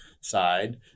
side